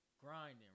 grinding